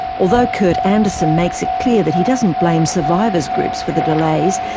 although kurt andersen makes it clear that he doesn't blame survivors' groups for the delays,